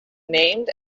named